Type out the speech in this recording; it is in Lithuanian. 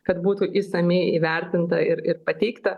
kad būtų išsamiai įvertinta ir ir pateikta